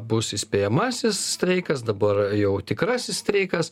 bus įspėjamasis streikas dabar jau tikrasis streikas